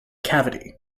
cavity